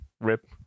Rip